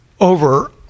over